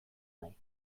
nahi